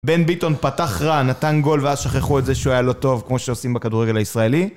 בן ביטון פתח רע, נתן גול ואז שכחו את זה שהוא היה לא טוב, כמו שעושים בכדורגל הישראלי.